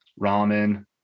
ramen